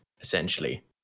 essentially